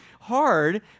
hard